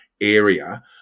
area